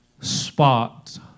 spot